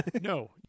no